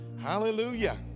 Hallelujah